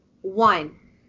one